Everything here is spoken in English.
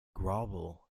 grovel